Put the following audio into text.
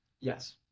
Yes